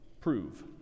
prove